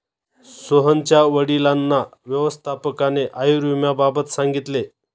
सोहनच्या वडिलांना व्यवस्थापकाने आयुर्विम्याबाबत सांगितले